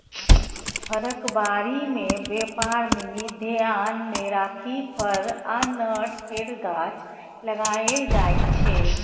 फरक बारी मे बेपार निमित्त धेआन मे राखि फर आ नट केर गाछ लगाएल जाइ छै